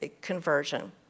conversion